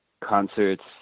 concerts